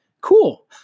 Cool